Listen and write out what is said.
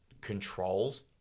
controls